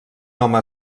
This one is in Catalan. home